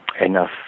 enough